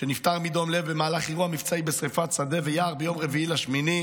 שנפטר מדום לב במהלך אירוע מבצעי בשרפת שדה ויער ביום 4 באוגוסט,